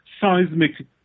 seismic